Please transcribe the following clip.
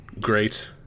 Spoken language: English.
great